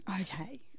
Okay